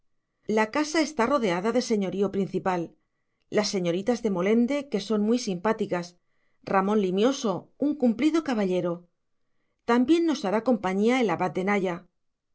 la casa está rodeada de señorío principal las señoritas de molende que son muy simpáticas ramón limioso un cumplido caballero también nos hará compañía el abad de naya